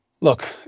Look